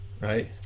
right